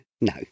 no